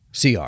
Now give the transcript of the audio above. CR